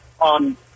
on